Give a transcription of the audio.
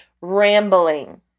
rambling